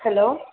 hello